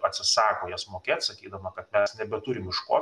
atsisako jas mokėt sakydama kad mes nebeturim iš ko